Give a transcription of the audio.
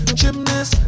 gymnast